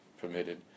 permitted